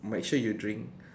make sure you drink